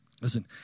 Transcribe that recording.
Listen